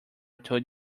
told